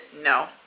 No